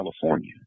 California